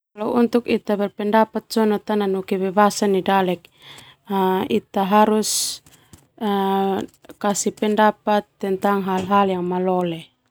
Tananu kebebasan nai dalek ita harus kasih pendapat tentang hal-hal yang malole.